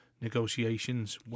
negotiations